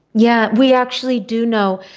yeah we actually do know.